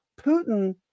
Putin